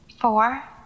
Four